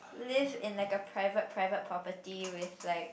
live in like a private private properly with like